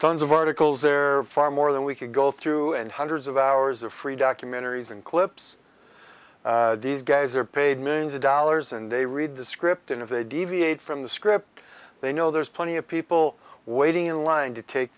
tons of articles there far more than we can go through and hundreds of hours of free documentaries and clips these guys are paid millions of dollars and they read the script and if they deviate from the script they know there's plenty of people waiting in line to take